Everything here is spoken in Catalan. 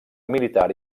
militar